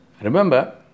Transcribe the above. Remember